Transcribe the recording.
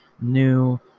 new